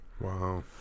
Wow